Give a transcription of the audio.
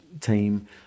team